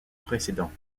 précédents